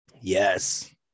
Yes